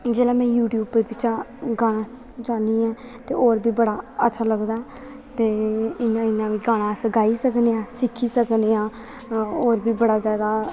जेल्लै में यूट्यूब बिच्चा गाना चलानी ऐ ते होर बी बड़ा अच्छा लगदा ऐ ते इ'यां इ'यां बी गाना अस गाई सकने आं सिक्खी सकने आं होर बी बड़ा जैदा